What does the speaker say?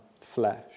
flesh